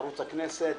ערוץ הכנסת,